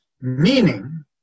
Meaning